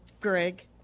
greg